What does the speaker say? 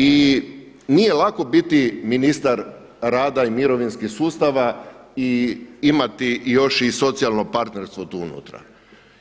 I nije lako biti ministar rada i mirovinskog sustava i imati još i socijalno partnerstvo tu unutra,